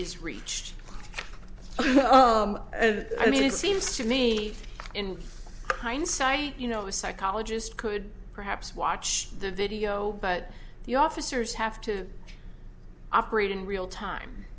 is reached and i mean it seems to me in hindsight you know a psychologist could perhaps watch the video but the officers have to operate in real time